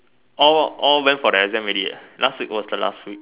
all all went for the exam already eh last week was the last week